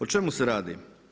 O čemu se radi?